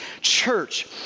Church